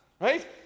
right